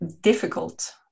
difficult